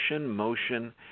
motion